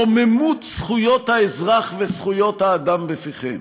רוממות זכויות האזרח וזכויות האדם בפיכם